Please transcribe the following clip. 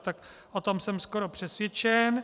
Tak o tom jsem skoro přesvědčen.